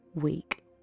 week